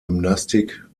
gymnastik